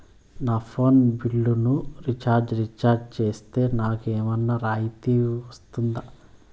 నా ఫోను బిల్లును recharge recharge సేస్తే, నాకు ఏమన్నా రాయితీ వస్తుందా?